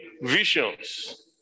visions